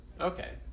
Okay